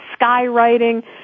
skywriting